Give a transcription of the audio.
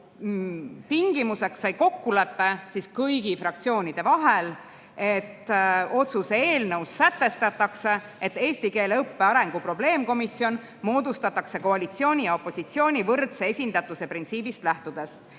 käigu tingimuseks sai kõigi fraktsioonide vaheline kokkulepe, et otsuse eelnõus sätestatakse, et eesti keele õppe arengu probleemkomisjon moodustatakse koalitsiooni ja opositsiooni võrdse esindatuse printsiibist lähtudes,